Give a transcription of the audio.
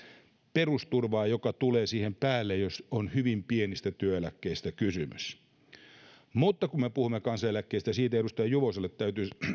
perusturvaa joka tulee siihen päälle jos on hyvin pienistä työeläkkeistä kysymys kun me puhumme kansaneläkkeistä niin siitä edustaja juvoselle täytyy